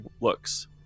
looks